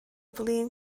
flin